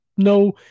no